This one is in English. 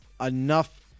enough